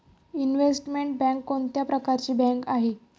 Investment bank कोणत्या प्रकारची bank आहे?